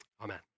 Amen